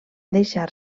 deixar